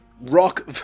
Rock